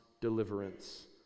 deliverance